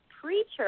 Preacher